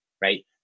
right